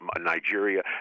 Nigeria